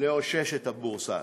לאושש את הבורסה.